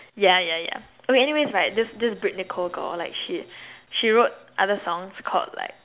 ya ya ya okay anyways right this this britt-nicole girl like she she wrote other songs called like